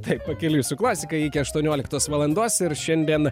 taip pakeliui su klasika iki aštuonioliktos valandos ir šiandien